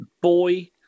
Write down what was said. boy